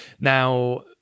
now